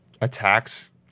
attacks